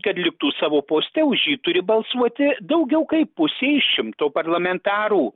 kad liktų savo poste už jį turi balsuoti daugiau kaip pusė iš šimto parlamentarų